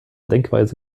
denkweise